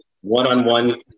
one-on-one